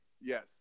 Yes